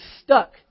stuck